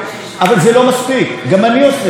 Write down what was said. גם אני עושה וזה לא מספיק,